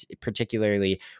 particularly